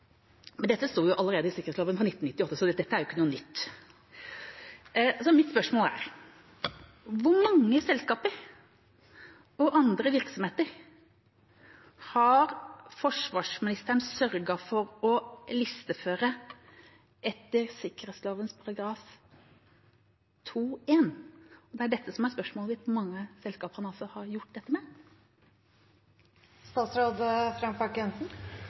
men dette sto allerede i sikkerhetsloven fra 1998, så det er ikke noe nytt. Mitt spørsmål er: Hvor mange selskaper og andre virksomheter har forsvarsministeren sørget for å listeføre etter sikkerhetsloven § 2-1? Spørsmålet mitt er hvor mange selskaper han har gjort dette med. Det er et spørsmål jeg ennå ikke har